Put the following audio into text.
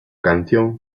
canción